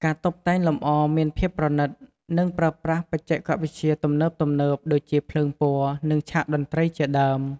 ការតុបតែងលម្អមានភាពប្រណីត និងប្រើប្រាស់បច្ចេកវិទ្យាទំនើបៗ ដូចជាភ្លើងពណ៌ និងឆាកតន្ត្រីជាដើម។